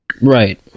Right